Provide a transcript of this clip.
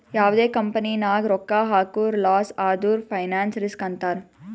ಯಾವ್ದೇ ಕಂಪನಿ ನಾಗ್ ರೊಕ್ಕಾ ಹಾಕುರ್ ಲಾಸ್ ಆದುರ್ ಫೈನಾನ್ಸ್ ರಿಸ್ಕ್ ಅಂತಾರ್